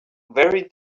very